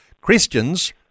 Christians